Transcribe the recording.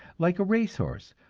like a race-horse,